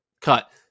cut